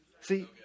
See